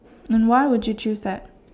um why would you choose that